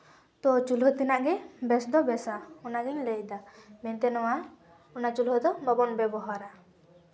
ᱛᱚ ᱪᱩᱞᱦᱟᱹ ᱛᱮᱱᱟᱜ ᱜᱮ ᱵᱮᱥ ᱫᱚ ᱵᱮᱥᱟ ᱚᱱᱟᱜᱮᱧ ᱞᱟᱹᱭᱫᱟ ᱢᱮᱱᱛᱮ ᱚᱱᱟ ᱪᱩᱞᱦᱟᱹ ᱫᱚ ᱵᱟᱵᱚᱱ ᱵᱮᱵᱚᱦᱟᱨᱟ